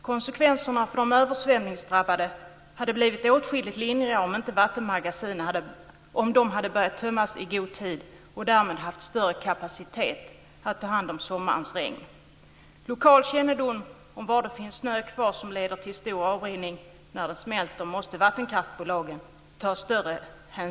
Konsekvenserna för de översvämningsdrabbade hade blivit åtskilligt lindrigare om vattenmagasinen hade börjat tömmas i god tid och därmed haft större kapacitet för att ta hand om sommarens regn. Vattenkraftbolagen måste ta större hänsyn till lokal kännedom om var det finns snö kvar som leder till stor avrinning när den smälter.